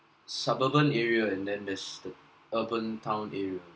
suburban area and then there's the urban town area